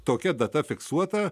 tokia data fiksuota